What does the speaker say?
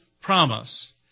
promise